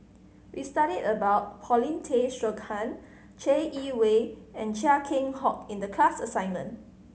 we studied about Paulin Tay Straughan Chai Yee Wei and Chia Keng Hock in the class assignment